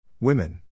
Women